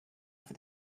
for